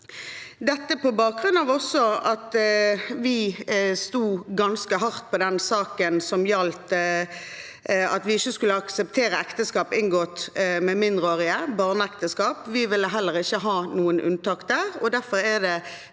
dette også på bakgrunn av at vi sto ganske hardt på den saken som gjaldt at vi ikke skulle akseptere ekteskap inngått med mindreårige, barneekteskap. Vi ville heller ikke ha noen unntak der,